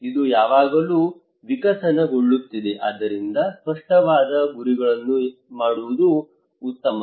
ಇದು ಯಾವಾಗಲೂ ವಿಕಸನಗೊಳ್ಳುತ್ತಿದೆ ಆದ್ದರಿಂದ ಸ್ಪಷ್ಟವಾದ ಗುರಿಗಳನ್ನು ಮಾಡುವುದು ಉತ್ತಮ